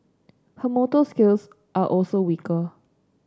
her motor skills are also weaker